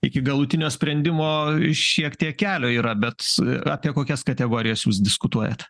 iki galutinio sprendimo šiek tiek kelio yra bet apie kokias kategorijas jūs diskutuojate